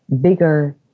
bigger